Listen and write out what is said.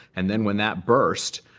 and then when that burst,